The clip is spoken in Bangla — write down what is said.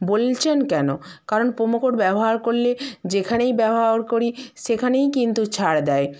বলছেন কেন কারণ প্রোমো কোড ব্যবহার করলে যেখানেই ব্যবহার করি সেখানেই কিন্তু ছাড় দেয়